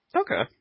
Okay